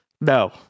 No